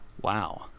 wow